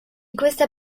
questa